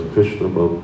Krishna